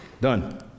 done